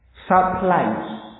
Supplies